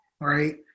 right